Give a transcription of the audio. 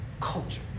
culture